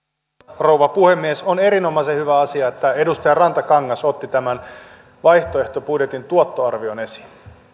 rouva puhemies on erinomaisen hyvä asia että edustaja rantakangas otti tämän vaihtoehtobudjetin tuottoarvion esiin